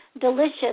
delicious